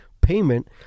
payment